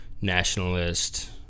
nationalist